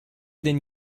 den